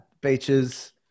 Beaches